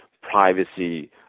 privacy